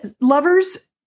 lovers